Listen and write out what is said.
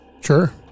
Sure